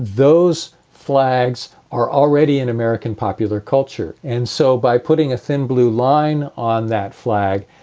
those flags are already in american popular culture. and so by putting a thin blue line on that flag,